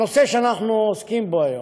הנושא שאנחנו עוסקים בו היום,